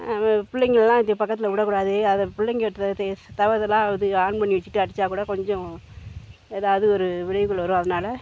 பிள்ளைங்களெலாம் இங்கே பக்கத்தில் விடக்கூடாது அதை பிள்ளைங்கள் தவறுதலாக இது ஆன் பண்ணி வெச்சுட்டு அடித்தா கூட கொஞ்சம் ஏதாவது ஒரு விளைவுகள் வரும் அதனால்